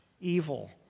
evil